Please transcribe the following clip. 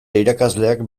irakasleak